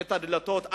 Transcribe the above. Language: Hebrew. את הדלתות.